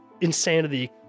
insanity